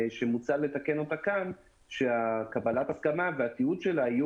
שאומרת שקבלת ההסכמה והתיעוד שלה יהיו